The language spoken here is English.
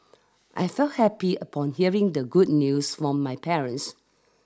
I felt happy upon hearing the good news from my parents